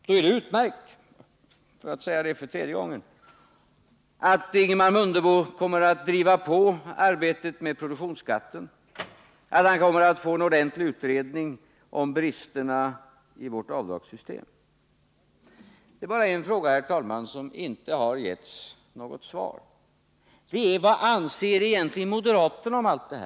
Då är det utmärkt — låt mig säga det för tredje gången — att Ingemar Mundebo kommer att driva på arbetet med produktionsskatten och att det kommer att göras en ordentlig utredning om bristerna i vårt avdragssystem. Det är bara på en fråga, herr talman, som det inte har givits något svar, nämligen vad moderaterna egentligen anser om allt detta.